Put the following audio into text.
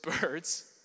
birds